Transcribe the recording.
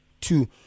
Two